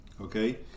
Okay